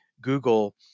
Google